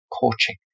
coaching